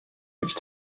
which